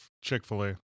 Chick-fil-A